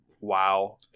WoW